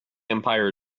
empire